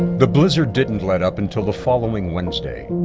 the blizzard didn't let up until the following wednesday.